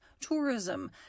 tourism